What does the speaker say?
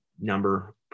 number